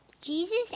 Jesus